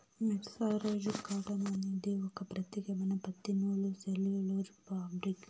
mercerised cotton అనేది ఒక ప్రత్యేకమైన పత్తి నూలు సెల్యులోజ్ ఫాబ్రిక్